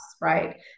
right